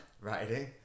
writing